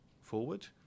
forward